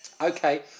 Okay